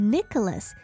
Nicholas